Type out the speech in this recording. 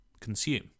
consume